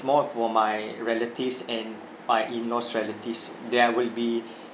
more for my relatives and my in laws' relatives there will be